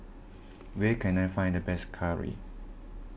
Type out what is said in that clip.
where can I find the best Curry